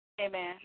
Amen